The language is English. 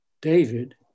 David